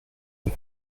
eux